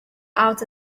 out